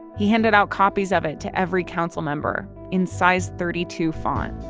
he handed out copies of it to every council member in size thirty two font